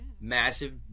massive